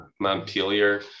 Montpelier